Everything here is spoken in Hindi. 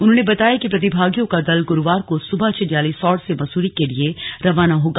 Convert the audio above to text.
उन्होंने बताया कि प्रतिभागियों का दल गुरुवार को सुबह चिन्यालीसौड़ से मसूरी के लिये रवाना होगा